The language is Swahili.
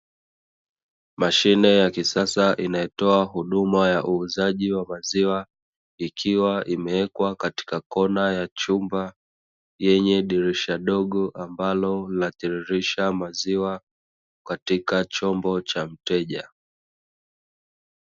Mashine ya kisasa inatoa huduma ya uuzaji wa maziwa, kiwa imewekwa katika kona ya chumba yenye dirisha dogo ambalo linatiririsha maziwa katika chombo cha mteja.